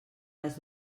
les